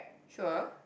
sure